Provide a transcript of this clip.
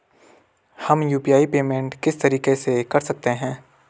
हम UPI payment किस तरीके से कर सकते हैं?